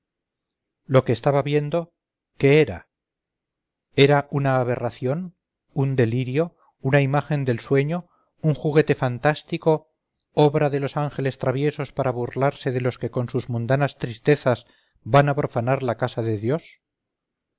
lo que estaba viendo qué era era una aberración un delirio una imagen del sueño un juguete fantástico obra de los ángeles traviesos para burlarse de los que con sus mundanas tristezas van a profanar la casa de dios